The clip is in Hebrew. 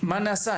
מה נעשה?